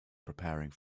preparing